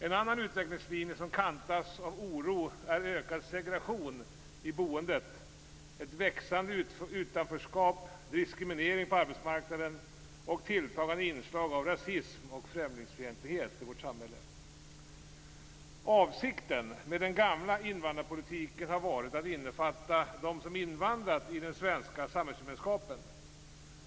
En annan utvecklingslinje som kantas av oro är ökad segregation i boendet, ett växande utanförskap, diskriminering på arbetsmarknaden och tilltagande inslag av rasism och främlingsfientlighet i vårt samhälle. Avsikten med den gamla invandrarpolitiken har varit att innefatta dem som invandrat i den svenska samhällsgemenskapen.